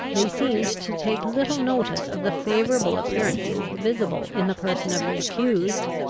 they seemed to take little notice of the favourable appearances visible in the person of the accused,